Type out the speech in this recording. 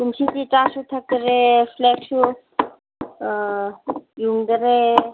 ꯀꯨꯝꯁꯤꯗꯤ ꯆꯥꯁꯨ ꯊꯛꯇꯔꯦ ꯐ꯭ꯂꯦꯛꯁꯨ ꯑꯥ ꯌꯨꯡꯗꯔꯦ